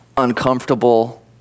uncomfortable